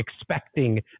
expecting